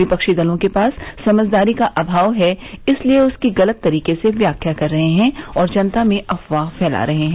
विपक्षी दलों के पास समझदारी का अभाव है इसलिए उसकी गलत तरीके से व्याख्या कर रहे हैं और जनता में अफवाह फैला रहे हैं